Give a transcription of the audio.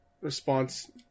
response